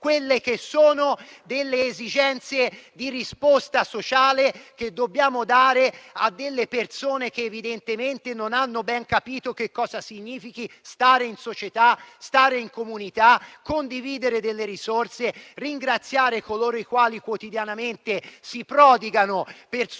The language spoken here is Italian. quelle che sono le esigenze di risposta sociale che dobbiamo dare a persone che evidentemente non hanno ben capito che cosa significhi stare in società, stare in comunità, condividere delle risorse, ringraziare coloro i quali quotidianamente si prodigano per soccorrere,